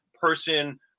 person